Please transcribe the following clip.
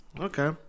Okay